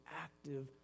active